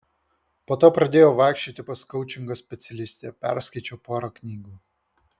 po to pradėjau vaikščioti pas koučingo specialistę perskaičiau porą knygų